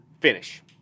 finish